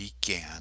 began